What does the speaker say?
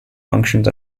functions